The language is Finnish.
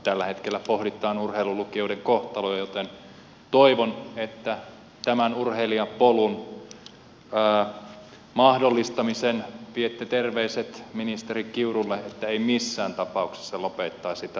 tällä hetkellä pohditaan urheilulukioiden kohtaloa joten toivon että tämän urheilijapolun mahdollistamiseksi viette terveiset ministeri kiurulle että hän ei missään tapauksessa lopettaisi tätä neljättä vuotta